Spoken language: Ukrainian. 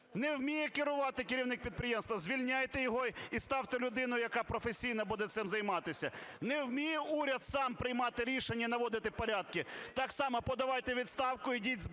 Не вміє керувати керівник підприємства – звільняйте його і ставте людину, яка професійно буде цим займатися. Не вміє уряд сам приймати рішення, наводити порядки – так само подавайте у відставку, йдіть з Богом,